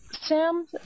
Sam